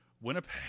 Winnipeg